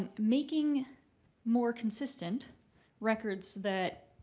and making more consistent records that